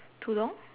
tudung